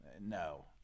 No